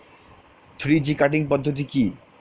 Three G cutting পদ্ধতি কি?